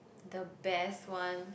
the best one